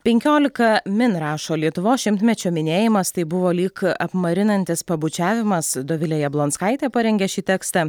penkiolika min rašo lietuvos šimtmečio minėjimas tai buvo lyg apmarinantis pabučiavimas dovilė jablonskaitė parengė šį tekstą